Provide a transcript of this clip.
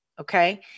Okay